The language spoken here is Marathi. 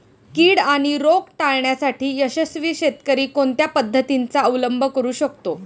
कीड आणि रोग टाळण्यासाठी यशस्वी शेतकरी कोणत्या पद्धतींचा अवलंब करू शकतो?